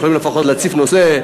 שיכולים לפחות להציף נושא,